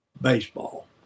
Baseball